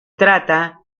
trata